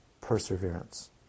perseverance